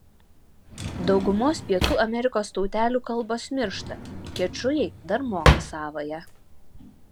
daugumos pietų amerikos tautelių kalbos miršta kečujai dar moka savąją